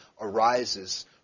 arises